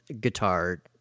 guitar